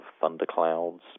thunderclouds